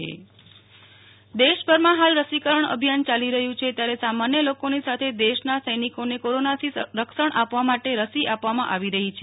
Nehal Thakkar Lakhpat BSF camp ખાતે રસીકરણ દેશભરમાં હાલ રસીકરણ અભિયાન યાલી રહ્યું છે ત્યારે સામાન્ય લોકોની સાથે દેશના સૈનિકોને કોરોનાથી રક્ષણ આપવા માટે રસી આપવામાં આવી રહી છે